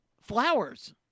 Flowers